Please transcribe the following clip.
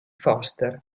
foster